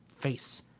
face